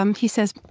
um he says,